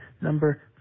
number